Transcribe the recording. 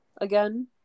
again